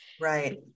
Right